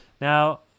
Now